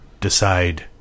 decide